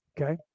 Okay